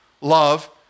love